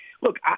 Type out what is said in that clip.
look